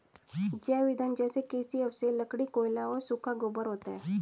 जैव ईंधन जैसे कृषि अवशेष, लकड़ी, कोयला और सूखा गोबर होता है